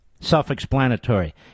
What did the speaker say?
self-explanatory